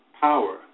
power